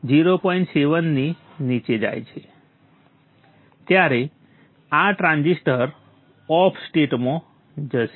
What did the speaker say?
7 ની નીચે જાય ત્યારે આ ટ્રાંઝિસ્ટર ઑફ સ્ટેટમાં જશે